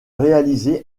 réaliser